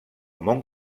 món